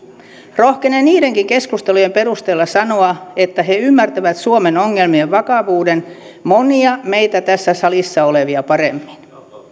rohkenen niidenkin keskustelujen perusteella sanoa että he ymmärtävät suomen ongelmien vakavuuden monia meitä tässä salissa olevia paremmin